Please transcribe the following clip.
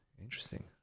interesting